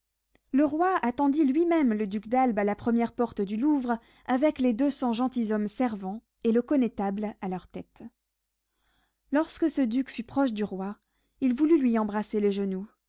le roi attendit lui-même le duc d'albe à la première porte du louvre avec les deux cents gentilshommes servants et le connétable à leur tête lorsque ce duc fut proche du roi il voulut lui embrasser les genoux